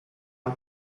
nel